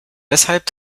weshalb